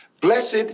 Blessed